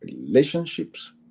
relationships